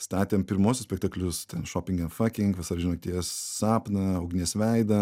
statėm pirmuosius spektaklius ten shopping and fucking vasarvidžio nakties sapną ugnies veidą